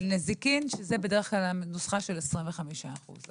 של נזיקין, שזאת בדרך כלל הנוסחה של 25 אחוזים.